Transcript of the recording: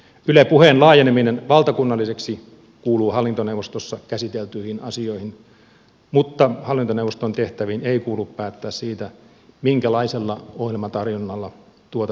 yle puheen laajeneminen valtakunnalliseksi kuuluu hallintoneuvostossa käsiteltyihin asioihin mutta hallintoneuvoston tehtäviin ei kuulu päättää siitä minkälaisella ohjelmatarjonnalla tuota strategiaa edistetään